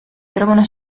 trovano